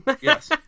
Yes